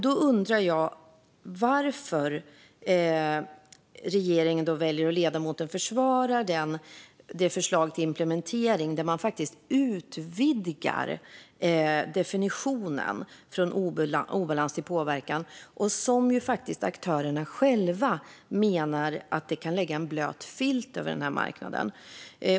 Då undrar jag varför regeringen och ledamoten väljer att försvara det förslag till implementering som faktiskt utvidgar definitionen från obalans till påverkan, vilket aktörerna själva menar kan lägga en blöt filt över den här marknaden.